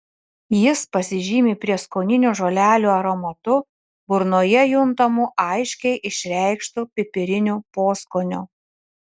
jis pasižymi prieskoninių žolelių aromatu burnoje juntamu aiškiai išreikštu pipiriniu poskoniu